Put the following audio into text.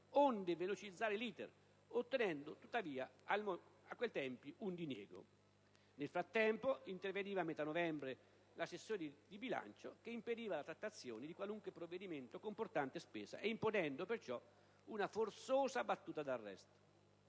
onde velocizzarne l'*iter*, ottenendo tuttavia un diniego. Nel frattempo, interveniva a metà novembre la sessione di bilancio, che impediva la trattazione di qualunque provvedimento comportante spesa e imponendo perciò una forzosa battuta d'arresto.